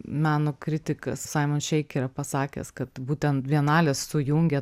meno kritikas saimon šeik yra pasakęs kad būtent bienalės sujungia